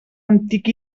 antic